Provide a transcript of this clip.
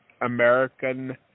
American